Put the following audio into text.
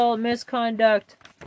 misconduct